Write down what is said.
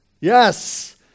Yes